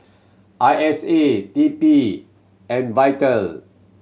I S A T P and Vital